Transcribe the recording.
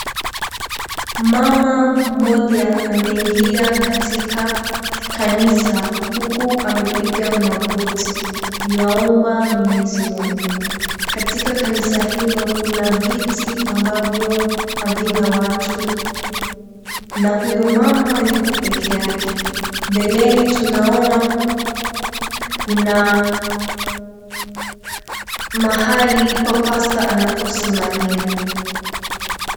Mama mmoja ameingia katika kanisa huku amepiga magoti ywaomba mwenyezi Mungu. Katika kanisa hilo kuna viti ambavyo havina watu, na huyo mama yupo pekee yake. Mbeleni tunaona kuna mahali pa [pastor] anaposimamia.